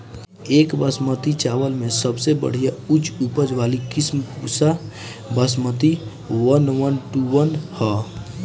एक बासमती चावल में सबसे बढ़िया उच्च उपज वाली किस्म Pusa Basmati one one two one ह?